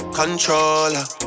controller